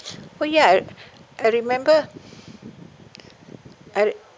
oh ya I remember I